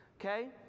okay